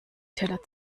teller